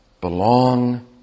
Belong